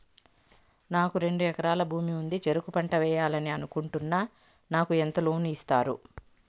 నాకు రెండు ఎకరాల భూమి ఉంది, చెరుకు పంట వేయాలని అనుకుంటున్నా, నాకు ఎంత లోను ఇస్తారు?